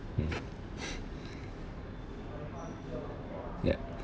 mm ya